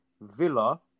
Villa